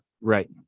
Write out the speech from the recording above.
Right